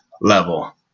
level